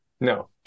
No